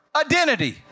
identity